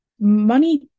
money